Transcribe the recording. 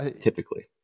typically